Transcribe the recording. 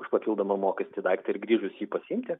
už papildomą mokestį daiktą ir grįžus jį pasiimti